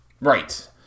Right